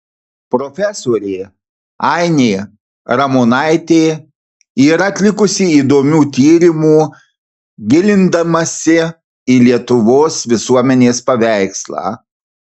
profesorė ainė ramonaitė yra atlikusi įdomių tyrimų gilindamasi į lietuvos visuomenės paveikslą